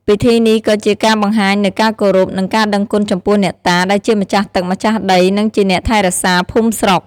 ពិធីនេះក៏ជាការបង្ហាញនូវការគោរព និងការដឹងគុណចំពោះអ្នកតា ដែលជាម្ចាស់ទឹក ម្ចាស់ដី និងជាអ្នកថែរក្សាភូមិស្រុក។